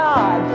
God